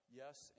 yes